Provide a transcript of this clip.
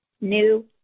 new